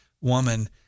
woman